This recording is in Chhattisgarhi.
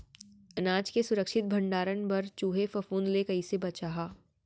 अनाज के सुरक्षित भण्डारण बर चूहे, फफूंद ले कैसे बचाहा?